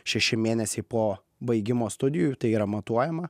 šeši mėnesiai po baigimo studijų tai yra matuojama